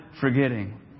forgetting